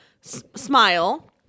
Smile